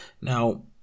Now